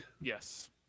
Yes